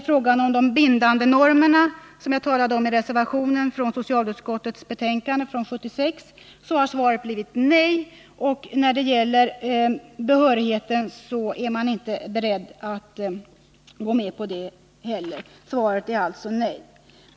På frågan om de bindande normerna, som jag talade om i samband med reservationen i socialutskottets betänkande från 1976, har svaret blivit nej. När det gäller behörighetskrav är man inte beredd att gå med på det heller — svaret är alltså nej.